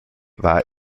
war